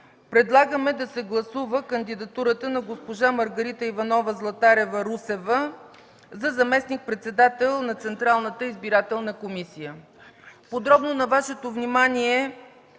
предлагаме да се гласува кандидатурата на госпожа Маргарита Иванова Златарева-Русева, за заместник-председател на Централната избирателна комисия. Подробно на Вашето внимание